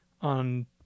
on